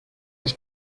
its